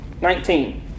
nineteen